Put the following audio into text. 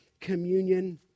communion